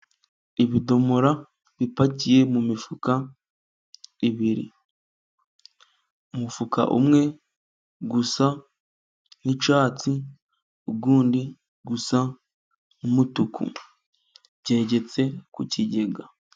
Ibidomoro bipakiye mu mifuka ibiri. Umufuka umwe usa nk'icyatsi uwundi usa n'umutuku byegetse ku kigega.